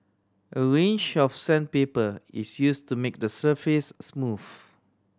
a range of sandpaper is use to make the surface smooth